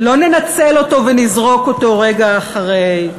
לא ננצל אותו ונזרוק אותו רגע אחרי.